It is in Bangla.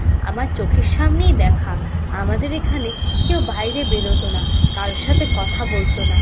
আমার চোখের সামনেই দেখা আমাদের এখানে কেউ বাইরে বেরোতো না কারোর সাথে কথা বলতো না